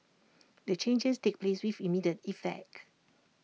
the changes take place with immediate effect